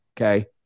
okay